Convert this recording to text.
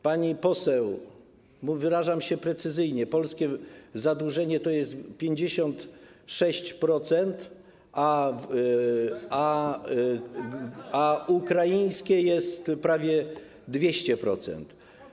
Pani poseł, wyrażam się precyzyjnie - polskie zadłużenie to jest 56%, a ukraińskie to jest prawie 200%.